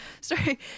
Sorry